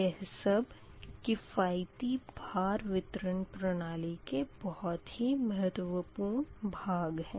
यह सब किफ़ायती भार वितरण प्रणाली के बहुत ही महत्वपूर्ण भाग है